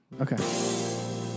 Okay